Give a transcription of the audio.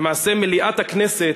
למעשה מליאת הכנסת,